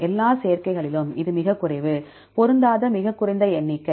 எல்லா சேர்க்கைகளிலும் இது மிகக் குறைவு பொருந்தாத மிகக் குறைந்த எண்ணிக்கை